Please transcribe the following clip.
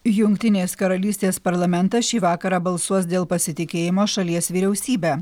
jungtinės karalystės parlamentas šį vakarą balsuos dėl pasitikėjimo šalies vyriausybe